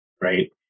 right